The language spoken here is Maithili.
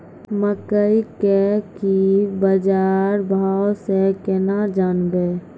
मकई के की बाजार भाव से केना जानवे?